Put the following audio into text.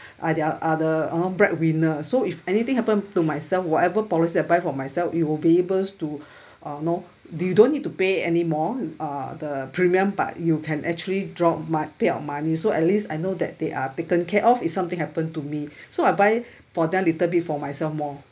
are their other our own breadwinner so if anything happen to myself whatever policy I buy for myself it will be able to uh know you don't need to pay anymore uh the premium but you can actually draw my payout money so at least I know that they are taken care of if something happen to me so I buy for them little bit for myself more